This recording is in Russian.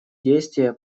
действия